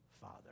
Father